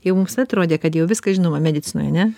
jau mums atrodė kad jau viskas žinoma medicinoje ane